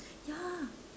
ya